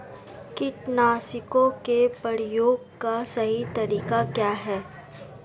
कीटनाशकों के प्रयोग का सही तरीका क्या है?